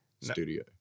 studio